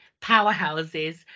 powerhouses